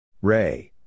Ray